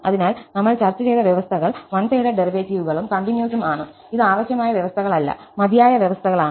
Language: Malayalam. അതിനാൽ നമ്മൾ ചർച്ച ചെയ്ത വ്യവസ്ഥകൾ വൺ സൈഡഡ് ഡെറിവേറ്റീവുകളും കണ്ടിന്യൂസും ആണ് ഇത് ആവശ്യമായ വ്യവസ്ഥകളല്ല മതിയായ വ്യവസ്ഥകളാണ്